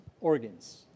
organs